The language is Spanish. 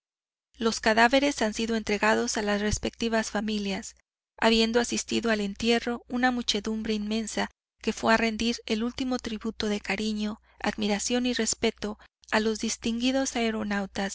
los cadáveres han sido entregados a las respectivas familias habiendo asistido al entierro una muchedumbre inmensa que fue a rendir el último tributo de cariño admiración y respeto a los distinguidos aeronautas